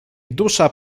dusza